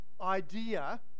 idea